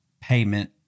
payment